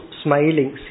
smiling